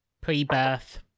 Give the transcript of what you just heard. pre-birth